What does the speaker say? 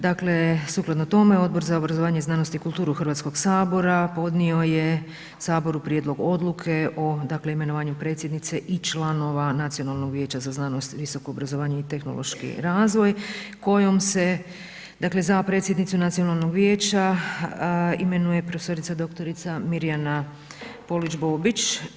Dakle, sukladno tome, Odbor za obrazovanje, znanost i kulturu Hrvatskoga sabora podnio je Saboru prijedlog Odluke o dakle imenovanju predsjednice i članova Nacionalnog vijeća za znanost, visoko obrazovanje i tehnološki razvoj kojom se dakle za predsjednicu Nacionalnog vijeća imenuje pro.dr. Mirjana Polić Bobić.